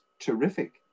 terrific